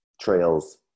trails